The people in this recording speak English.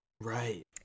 Right